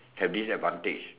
have this advantage